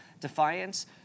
defiance